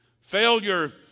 Failure